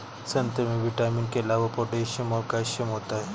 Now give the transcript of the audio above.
संतरे में विटामिन के अलावा पोटैशियम और कैल्शियम होता है